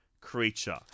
creature